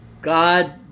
God